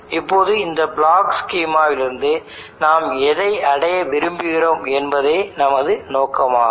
இப்போது இந்த பிளாக் ஸ்கிமாவிலிருந்து நாம் எதை அடைய விரும்புகிறோம் என்பதே நமது நோக்கமாகும்